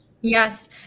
Yes